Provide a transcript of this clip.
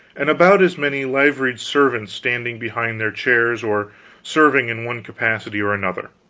and about as many liveried servants standing behind their chairs, or serving in one capacity or another.